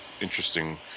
interesting